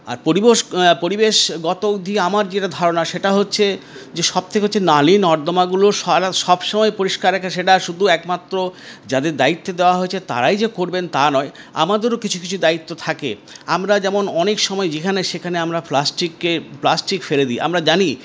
আর পরিবশ পরিবেশগত আমার যেটা ধারণা সেটা হচ্ছে যে সবথেকে হচ্ছে নালী নর্মদাগুলো সবসময়ে পরিষ্কার রাখা সেটা শুধু একমাত্র যাদের দ্বায়িত্বে দেওয়া হয়েছে তারাই যে করবেন তা নয় আমাদেরও কিছু কিছু দ্বায়িত্ব থাকে আমরা যেমন অনেক সময় যেখানে সেখানে আমরা প্লাস্টিকের প্লাস্টিক ফেলে দিই আমরা জানি